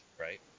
right